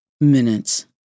minutes